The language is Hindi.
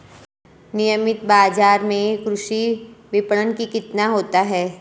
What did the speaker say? नियमित बाज़ार में कृषि विपणन कितना होता है?